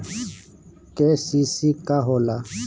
KCC का होला?